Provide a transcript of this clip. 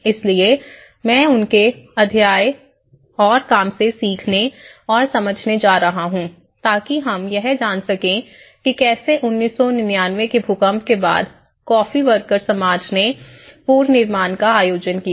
इसलिए मैं उनके अध्याय और काम से सीखने और समझने जा रहा हूं ताकि हम यह जान सकें कि कैसे 1999 के भूकंप के बाद कॉफ़ी वर्कर्स समाज ने पुनर्निर्माण का आयोजन किया